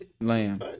Lamb